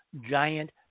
giant